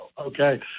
okay